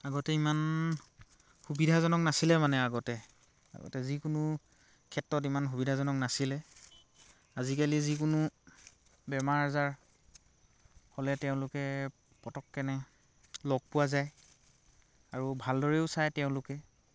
আগতে ইমান সুবিধাজনক নাছিলে মানে আগতে আগতে যিকোনো ক্ষেত্ৰত ইমান সুবিধাজনক নাছিলে আজিকালি যিকোনো বেমাৰ আজাৰ হ'লে তেওঁলোকে পটককেনে লগ পোৱা যায় আৰু ভালদৰেও চায় তেওঁলোকে